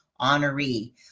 honoree